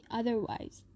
otherwise